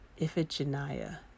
Iphigenia